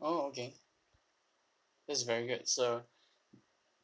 oh okay that's very good so